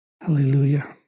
Hallelujah